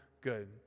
good